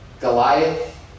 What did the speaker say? Goliath